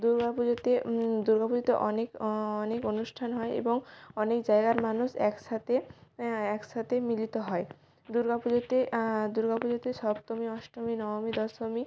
দুর্গা পুজোতে দুর্গা পুজোতে অনেক অনেক অনুষ্ঠান হয় এবং অনেক জায়গার মানুষ একসাথে একসাথে মিলিত হয় দুর্গা পুজোতে দুর্গা পুজোতে সপ্তমী অষ্টমী নবমী দশমী